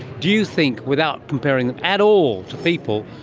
do you think, without comparing them at all to people,